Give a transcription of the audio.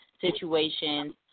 situations